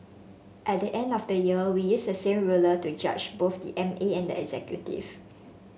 at the end of the year we use the same ruler to judge both the M A and the executive